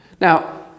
Now